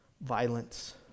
violence